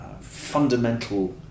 fundamental